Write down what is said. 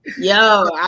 Yo